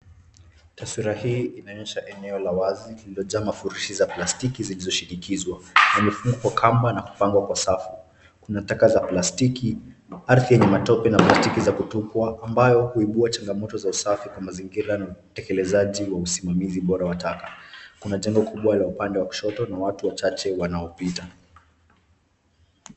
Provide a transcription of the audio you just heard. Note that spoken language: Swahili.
Taswira hii inaonyesha eneo la wazi lililojaa mafurushi za plastiki zilizoshinikizwa. Yamefungwa kwa kamba na kupangwa kwa safu. Kuna taka za plastiki, ardhi yenye matope na plastiki za kutupwa ambayo huibua changamoto za usafi kwa mazingira na utekelezaji wa usimamizi bora wa taka. Kuna jengo kubwa la upande wa kushoto na watu wachache wanaopita.